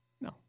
No